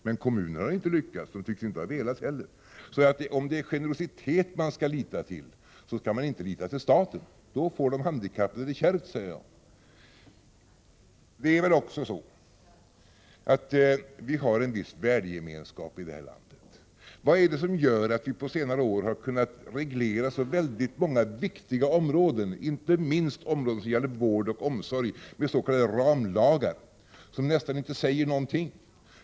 Men kommunerna har inte lyckats — och de tycks inte ha velat heller. Om det är generositet man skall lita till, så skall man inte lita till staten — då får de handikappade det kärvt. Det är väl också så, att vi har en viss värdegemenskap i det här landet. Vad är det som gör att vi på senare år har kunnat reglera så många viktiga områden, inte minst områden som gäller vård och omsorg, med s.k. ramlagar som nästan inte säger någonting?